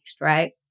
right